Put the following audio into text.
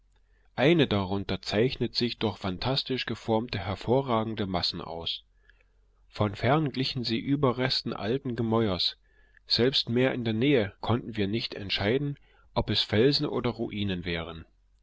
eine darunter zeichnet sich durch phantastisch geformte hervorragende massen aus von fern glichen sie überresten alten gemäuers selbst mehr in der nähe konnten wir nicht entscheiden ob es felsen oder ruinen wären